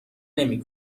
نمی